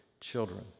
children